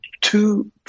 two